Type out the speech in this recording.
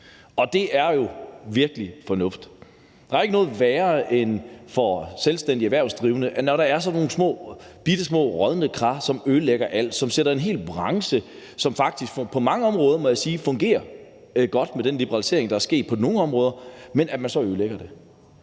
Og det er jo virkelig et fornuftigt forslag. Der er ikke noget værre for selvstændigt erhvervsdrivende, end at der er sådan nogle bittesmå brodne kar, som ødelægger alt for en hel branche, som faktisk på mange områder, må jeg sige, fungerer godt med den liberalisering, der er sket på nogle områder. Det vil vi gerne